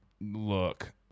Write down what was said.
Look